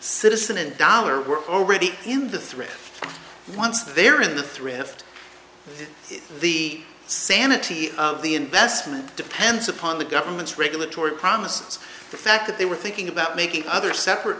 citizen and dollar were already in the thread once they are in the thrift the sanity of the investment depends upon the government's regulatory promises the fact that they were thinking about making other separate